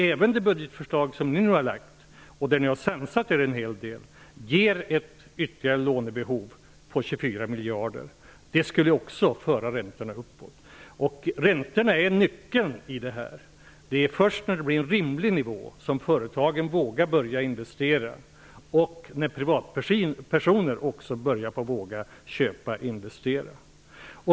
Även det budgetförslag som ni nu har lagt fram, där ni har sansat er en hel del, ger ett ytterligare lånebehov på 24 miljarder. Det skulle också föra räntorna uppåt. Räntorna är nyckeln i detta. Det är först när de får en rimlig nivå som företagen vågar börja investera och som privatpersoner också börjar våga köpa och investera.